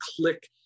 click